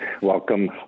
Welcome